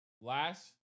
last